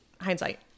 hindsight